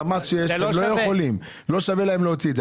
לא שווה להם להוציא את זה.